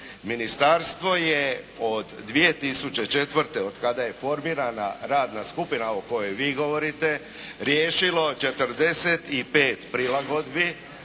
Ministarstvo je od 2004. od kada je formirana radna skupina o kojoj vi govorite, riješilo 45 prilagodbi